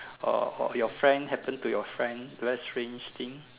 or or your friend happened to your friend a strange thing